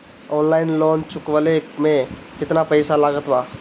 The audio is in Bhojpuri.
ऑनलाइन लोन चुकवले मे केतना पईसा लागत बा?